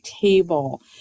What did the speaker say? table